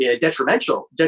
detrimental